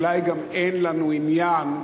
אולי גם אין לנו עניין,